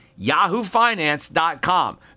yahoofinance.com